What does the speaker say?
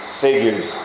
figures